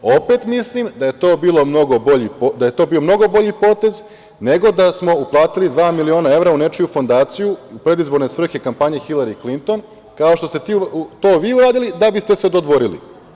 Opet mislim da je to bio mnogo bolji potez nego da smo uplatili dva miliona evra u nečiju fondaciju u predizborne svrhe kampanje Hilari Klinton kao što ste to vi uradili da biste se dodvorili.